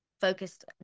focused